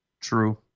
True